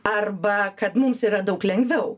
arba kad mums yra daug lengviau